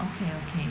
okay okay